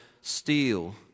steal